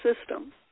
system